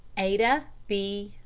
ada b.